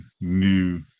new